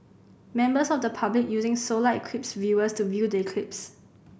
members of the public using solar eclipse viewers to view the eclipse